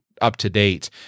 up-to-date